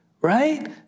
right